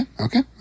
okay